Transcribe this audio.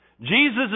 Jesus